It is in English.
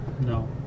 No